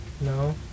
No